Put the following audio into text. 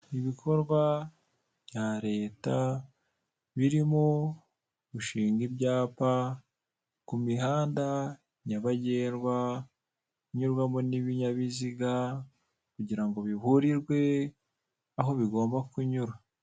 Ibikorwa bya Leta birimo gushinga ibyapa ku mihanda nyabagendwa inyurwamo n'ibinyabiziga kugira ngo biburirwe aho bigomba kunyura.